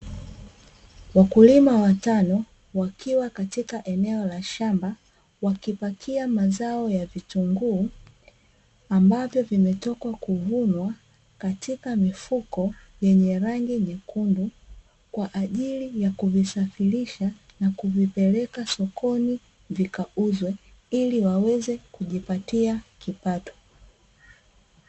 Wakulima watano wakiwa katika eneo la shamba, wakipakia mazao ya vitunguu ambavyo vimetoka kuvunwa katika mifuko yenye rangi nyekundu, kwaajili ya kuvisafirisha na kuvipeleka sokoni vikauzwe ili waweze kujipatia kipato.